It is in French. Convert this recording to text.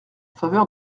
faveur